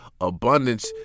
abundance